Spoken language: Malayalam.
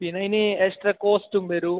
പിന്നെ ഈന് എക്സ്ട്രാ കോസ്റ്റും വരും